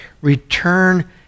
Return